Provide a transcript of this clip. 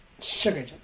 Sugar